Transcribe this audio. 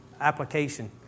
application